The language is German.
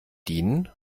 dienen